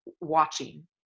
watching